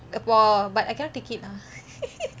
pore but I cannot take it ah